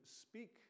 speak